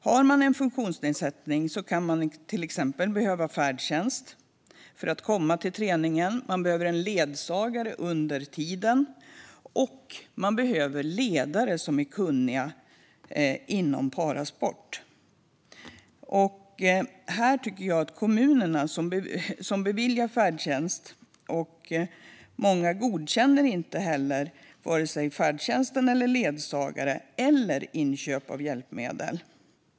Har man en funktionsnedsättning kan man till exempel behöva färdtjänst för att komma till träning, ledsagare för att kunna delta och ledare som är kunniga i parasport. Det är kommunerna som beviljar färdtjänst, men många kommuner godkänner inte vare sig färdtjänst, ledsagare eller inköp av hjälpmedel.